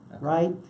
right